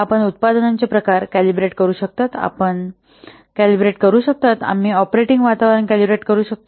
आपण उत्पादनाचे प्रकार कॅलिब्रेट करू शकता आपण कॅलिब्रेट करू शकता आम्ही ऑपरेटिंग वातावरण कॅलिब्रेट करू शकतो